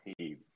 team